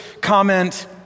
comment